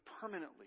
permanently